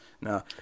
No